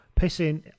pissing